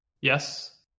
Yes